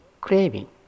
craving